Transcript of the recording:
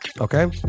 Okay